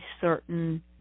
certain